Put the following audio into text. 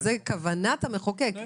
זאת כוונת המחוקק,